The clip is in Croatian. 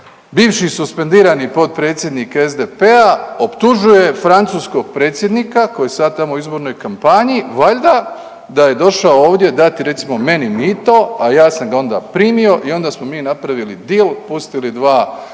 bivši suspendirani potpredsjednik SDP-a optužuje francuskog predsjednika koji je sad tamo u izbornoj kampanji, valjda da je došao ovdje dati recimo meni mito, a ja sam ga onda primio i onda smo napravili deal pustili dva